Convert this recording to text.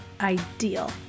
ideal